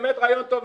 באמת רעיון טוב,